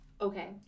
Okay